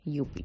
UP